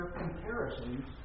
comparisons